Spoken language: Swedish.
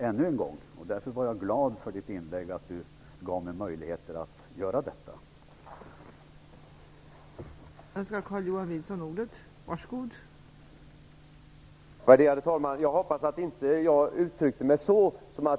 Jag är därför glad för att Carl-Johan Wilson genom sitt inlägg gav mig möjligheter att säga detta ännu en gång.